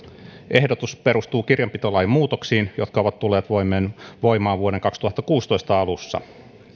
ehdotus perustuu kirjanpitolain muutoksiin jotka ovat tulleet voimaan voimaan vuoden kaksituhattakuusitoista alussa